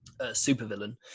supervillain